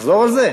תחזור על זה.